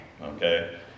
Okay